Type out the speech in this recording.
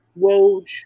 Woj